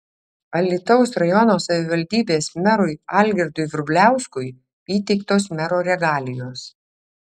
alytaus rajono savivaldybės merui algirdui vrubliauskui įteiktos mero regalijos